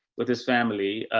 with his family,